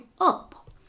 up